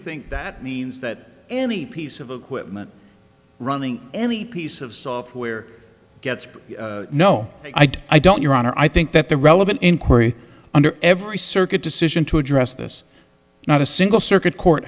think that means that any piece of equipment running any piece of software gets no i don't i don't your honor i think that the relevant inquiry under every circuit decision to address this not a single circuit court